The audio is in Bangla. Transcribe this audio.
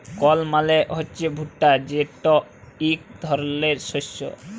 কর্ল মালে হছে ভুট্টা যেট ইক ধরলের শস্য